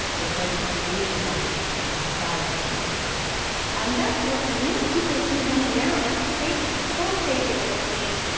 they've tried to create a life inside the chaos and um that's what many people is doing right now. that's great. it's so crazy what we're seeing.